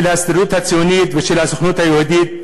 ההסתדרות הציונית ושל הסוכנות היהודית,